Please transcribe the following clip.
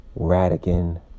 Radigan